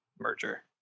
merger